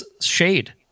shade